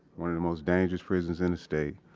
one of the most dangerous prisons in the state.